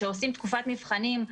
שעושים תקופת מבחנים,